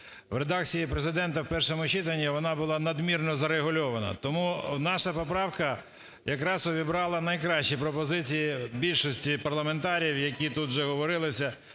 В редакції Президента, в першому читанні вона була надмірно зарегульована. Тому наша поправка якраз увібрала найкращі пропозиції більшості парламентаріїв, які тут вже говорилися.